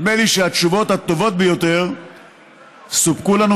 נדמה לי שהתשובות הטובות ביותר סופקו לנו